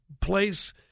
place